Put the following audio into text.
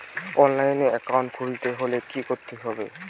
অনলাইনে একাউন্ট খুলতে হলে কি করতে হবে?